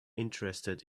interested